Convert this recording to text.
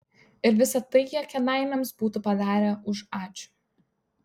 ir visa tai jie kėdainiams būtų padarę už ačiū